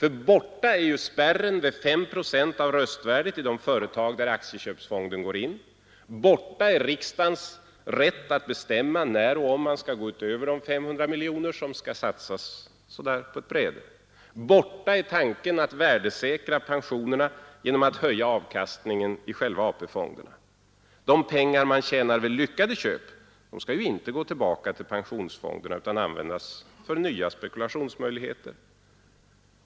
Ty borta är spärren vid 5 procent av röstvärdet i de företag där aktieköpsfonden går in, borta är riksdagens rätt att bestämma när och om man skall gå utöver de 500 miljoner som kan satsas på ett bräde, borta är tanken att värdesäkra pensionerna genom att höja avkastningen i själva AP-fonderna. De pengar man tjänar vid lyckade köp skall inte gå tillbaka till pensionsfonderna utan användas för nya spekulationsmöjligheter.